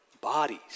bodies